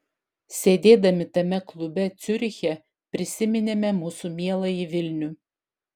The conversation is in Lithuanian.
sėdėdami tame klube ciuriche prisiminėme mūsų mieląjį vilnių